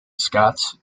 scots